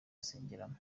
asengeramo